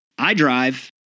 iDrive